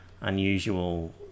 unusual